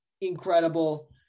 incredible